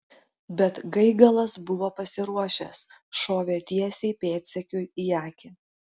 bet gaigalas buvo pasiruošęs šovė tiesiai pėdsekiui į akį